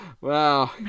Wow